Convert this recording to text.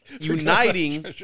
uniting